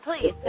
please